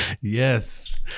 Yes